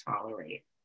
tolerate